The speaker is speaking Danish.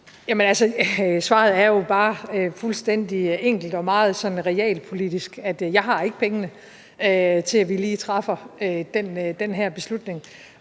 svaret er jo bare fuldstændig enkelt og meget sådan realpolitisk, nemlig at jeg ikke har pengene til, at vi lige træffer den her beslutning.